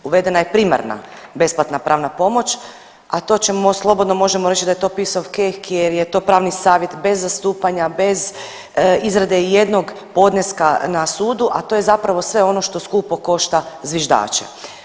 Uvedena je primarna besplatna pravna pomoć, a to ćemo slobodno možemo reći da je to pice of cake jer je to pravni savjet bez zastupanja, bez izrade i jednog podneska na sudu, a to je zapravo sve ono što skupa košta zviždača.